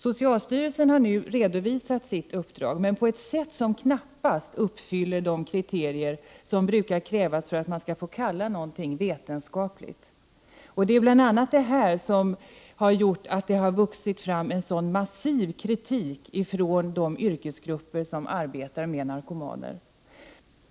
Socialstyrelsen har nu redovisat sitt uppdrag, men på ett sätt som knappast uppfyller de kriterier som brukar krävas för att man skall få kalla någonting vetenskapligt. Det är bl.a. detta som gjort att det har vuxit fram en så massiv kritik från de yrkesgrupper som arbetar med narkomaner.